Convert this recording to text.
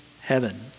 heaven